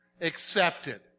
Accepted